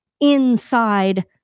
inside